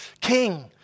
King